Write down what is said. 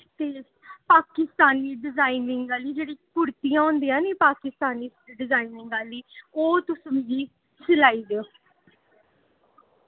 Pakistani designing आह्ली जेह्ड़ी कुर्तियां होंदी नि पाकिस्तानी डिजाइनिंग आह्ली ओह् तुस मि सिलाई देओ